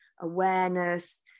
awareness